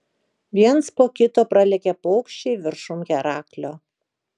viens po kito pralėkė paukščiai viršum heraklio